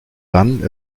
dann